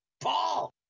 Paul